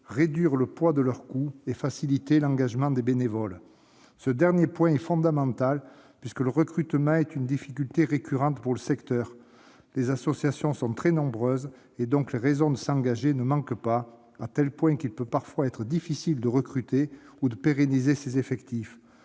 réduire le poids de leurs coûts et faciliter l'engagement des bénévoles. Ce dernier point est fondamental, puisque le recrutement est une difficulté récurrente pour le secteur. Les associations sont très nombreuses, les raisons de s'engager ne manquent donc pas, au point qu'il peut parfois être difficile de recruter ou de pérenniser ces effectifs.